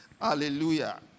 Hallelujah